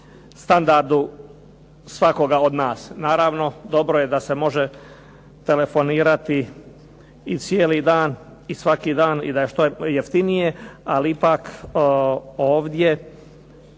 standardu svakoga od nas. Naravno, dobro je da se može telefonirati i cijeli dan i svaki dan i da je što jeftinije, ali ipak ovdje,